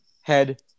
head